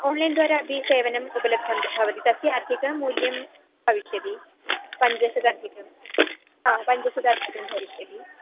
आन्लैन्द्वारा अपि सेवनम् उपलब्धं भवति तस्य अधिकमूल्यं भविष्यति पञ्चशताधिकं हा पञ्चशताधिकं भविष्यति